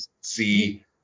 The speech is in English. see